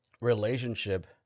relationship